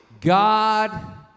God